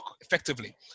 effectively